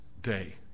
day